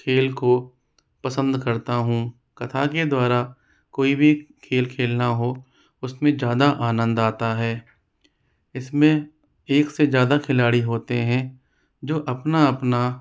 खेल को पसंद करता हूँ कथा के द्वारा कोई भी खेल खेलना हो उसमे ज़्यादा आनंद आता है इसमें एक से ज़्यादा खिलाड़ी होते हैं जो अपना अपना